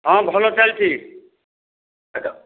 ହଁ ଭଲ ଚାଲିଛି